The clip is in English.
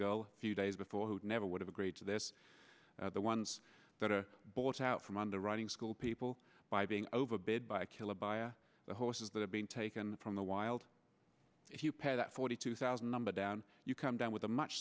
girl few days before who never would have agreed to this the ones that are bought out from underwriting school people by being over bed by killer by the horses that have been taken from the wild if you pay that forty two thousand number down you come down with a much